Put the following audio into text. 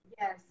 Yes